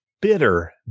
bitter